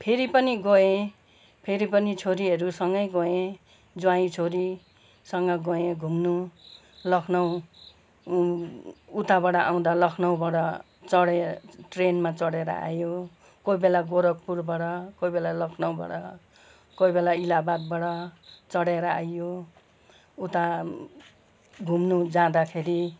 फेरि पनि गएँ फेरि पनि छोरीहरूसँगै गएँ ज्वाइँ छोरीसँग गएँ घुम्नु लखनऊ उताबाट आउँदा लखनऊबाट चढे ट्रेनमा चढेर आयो कोही बेला गोरखपुरबाट कोही बेला लखनऊबाट कोही बेला इलाहाबादबाट चढेर आइयो उता घुम्नु जाँदाखेरि